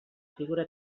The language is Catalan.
figura